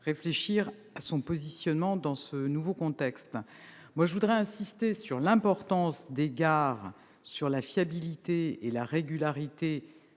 réfléchir à son positionnement dans ce nouveau contexte. Je veux insister sur l'importance des gares au regard de la fiabilité et de la régularité